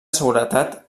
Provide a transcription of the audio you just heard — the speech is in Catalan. seguretat